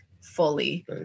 fully